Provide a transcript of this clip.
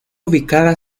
ubicada